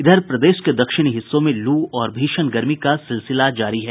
इधर प्रदेश के दक्षिणी हिस्सों में लू और भीषण गर्मी का सिलसिला जारी है